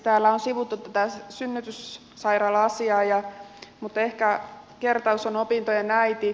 täällä on sivuttu tätä synnytyssairaala asiaa mutta ehkä kertaus on opintojen äiti